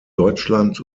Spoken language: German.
deutschland